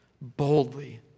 boldly